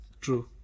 True